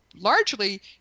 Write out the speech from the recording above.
Largely